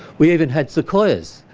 we even had sequoias,